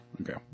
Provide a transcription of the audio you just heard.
Okay